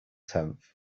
tenth